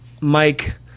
Mike